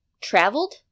traveled